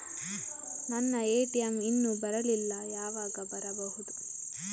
ನನ್ನ ಎ.ಟಿ.ಎಂ ಇನ್ನು ಬರಲಿಲ್ಲ, ಯಾವಾಗ ಬರಬಹುದು?